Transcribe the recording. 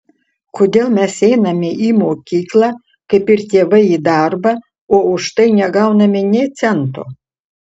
kodėl mes einame į mokyklą kaip ir tėvai į darbą o už tai negauname nė cento